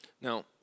Now